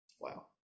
Wow